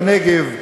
בנגב,